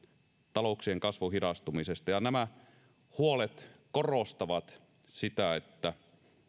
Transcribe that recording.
talouksien kasvun hidastumisesta nämä huolet korostavat sitä että